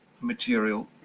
material